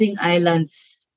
islands